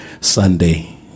Sunday